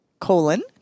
colon